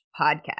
Podcast